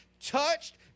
touched